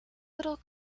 little